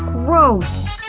gross!